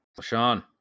sean